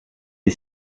est